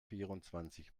vierundzwanzig